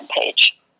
page